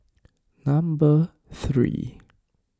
number three